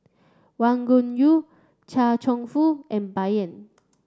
Wang Gungwu Chia Cheong Fook and Bai Yan